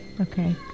okay